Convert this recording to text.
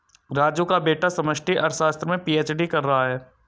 राजू का बेटा समष्टि अर्थशास्त्र में पी.एच.डी कर रहा है